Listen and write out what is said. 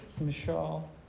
Michelle